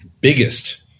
biggest